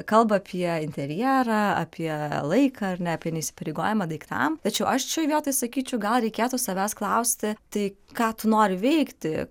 kalba apie interjerą apie laiką ar ne apie neįsipareigojimą daiktams tačiau aš šioj vietoj sakyčiau gal reikėtų savęs klausti tai ką tu nori veikti